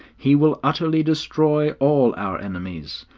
he will utterly destroy all our enemies.